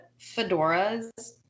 fedoras